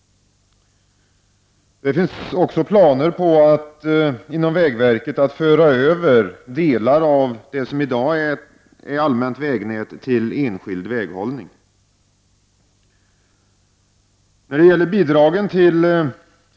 Det finns inom vägverket planer på att föra över delar av det som i dag är allmänt vägnät till enskild väghållning.